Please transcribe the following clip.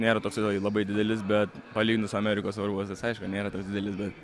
nėra toksai labai didelis bet palyginus su amerikos oro uostais aišku nėra toks didelis bet